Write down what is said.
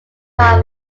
trial